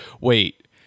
wait